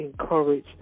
encourage